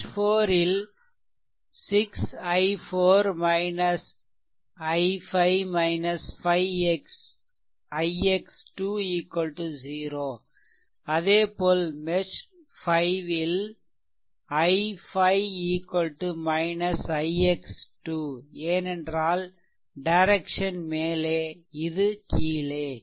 mesh 4 ல் 6 i4 i5 5 ix " 0 அதேபோல் mesh 5 ல் i5 ix " ஏனென்றால் டைரெக்சன் மேலே இது கீழே